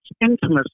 intimacy